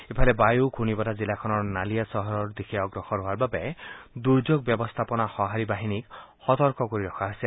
ইফালে বায়ু ঘূৰ্ণি বতাহ জিলাখনৰ নালিয়া চহৰৰ দিশে অগ্ৰসৰ হোৱাৰ বাবে দুৰ্যোগ ব্যৱস্থাপনা সহাৰি বাহিনীক সতৰ্ক কৰি ৰখা হৈছে